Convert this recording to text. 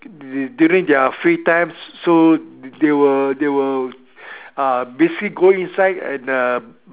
during their free time so they will they will uh basically go inside and uh